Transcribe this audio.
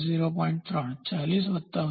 3 40 વત્તા અથવા ઓછા 0